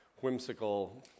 whimsical